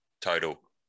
total